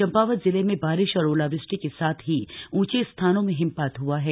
चंपावत जिले में बारिश और ओलावृष्टि के साथ ही ऊंचे स्थानों में हिमपात हुआ है